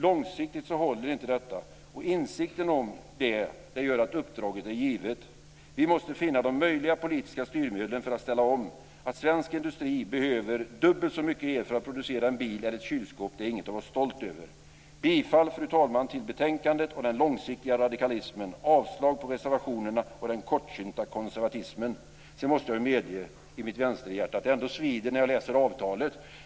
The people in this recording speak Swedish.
Långsiktigt håller inte detta, och insikten om det gör att uppdraget är givet - vi måste finna de möjliga politiska styrmedlen för att ställa om. Att svensk industri behöver dubbelt så mycket el för att producera en bil eller ett kylskåp är inget att vara stolt över. Fru talman! Jag yrkar bifall till hemställan i betänkandet och den långsiktiga radikalismen, och jag yrkar avslag på reservationerna och den kortsynta konservatismen. Jag måste medge att det svider i mitt vänsterhjärta när jag läser avtalet.